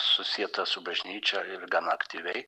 susieta su bažnyčia ir gan aktyviai